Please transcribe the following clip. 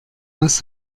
was